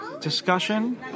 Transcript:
discussion